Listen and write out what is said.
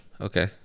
Okay